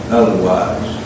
otherwise